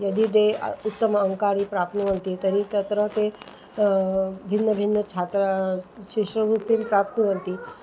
यदि ते उत्तम अङ्कानि प्राप्नुवन्ति तर्हि तत्र ते भिन्नभिन्नछात्राः शिष्यवृत्तिं प्राप्नुवन्ति